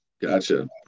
Gotcha